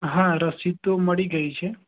હા રસીદ તો મળી ગઈ છે